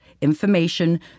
information